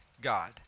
God